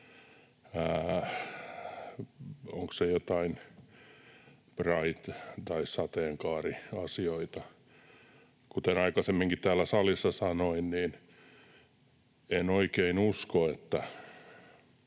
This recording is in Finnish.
ovatko ne jotain Pride- tai sateenkaariasioita. Kuten aikaisemminkin täällä salissa sanoin, jos silloin kun